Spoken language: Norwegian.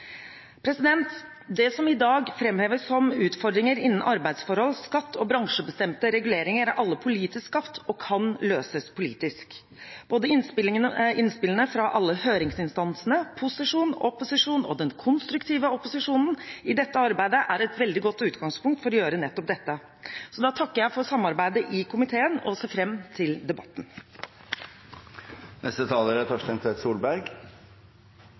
som i dag framheves som utfordringer innen arbeidsforhold, skatt og bransjebestemte reguleringer, er politisk skapt og kan løses politisk. Både innspillene fra alle høringsinstansene, posisjon, opposisjon – og den konstruktive opposisjonen – i dette arbeidet er et veldig godt utgangspunkt for å gjøre nettopp dette. Så da takker jeg for samarbeidet i komiteen og ser fram til debatten.